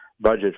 budget